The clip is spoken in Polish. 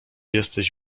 jesteś